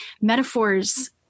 metaphors